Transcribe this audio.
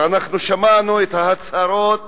ואנחנו שמענו את ההצהרות